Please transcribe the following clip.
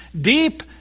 deep